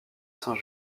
saint